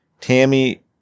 Tammy